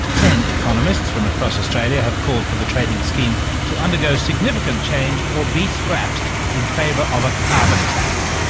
ten economists from across australia have called for the trading scheme to undergo significant change, or be scrapped in favour of a carbon tax.